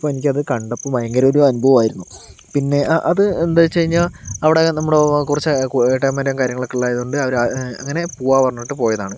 അപ്പോൾ എനിക്കത് കണ്ടപ്പോൾ ഭയങ്കര ഒരു അനുഭവമായിരുന്നു പിന്നെ അത് എന്താണെന്നു വെച്ചു കഴിഞ്ഞാൽ അവിടെ നമ്മുടെ കുറച്ച് ഏട്ടായ്മാരും കാര്യങ്ങളൊക്കെ ഉളളതായതുകൊണ്ട് അവരെ അങ്ങനെ പോകാമെന്ന് പറഞ്ഞിട്ട് പോയതാണ്